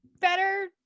better